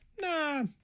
nah